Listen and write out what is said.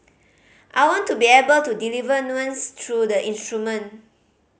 I want to be able to deliver nuance through the instrument